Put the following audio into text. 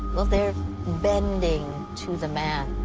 well, they're bending to the man.